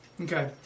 Okay